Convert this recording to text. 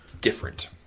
different